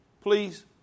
Please